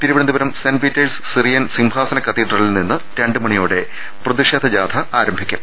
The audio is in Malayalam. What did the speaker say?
തിരു വനന്തപുരം സെന്റ് പീറ്റേഴ്സ് സിറിയൻ സിംഹാസന കത്തീഡ്രലിൽ നിന്നും രണ്ട് മണിയോടെ പ്രതിഷേധ ജാഥ ആരംഭിക്കും